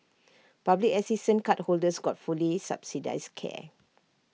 public assistance cardholders got fully subsidised care